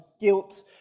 Guilt